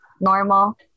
normal